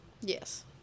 Yes